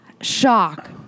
shock